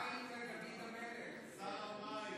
מים לדוד המלך, שר המים.